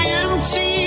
empty